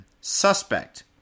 suspect